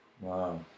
Wow